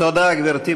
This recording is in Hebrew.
תודה, גברתי.